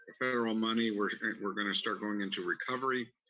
federal money, we're we're gonna start going into recovery.